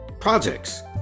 projects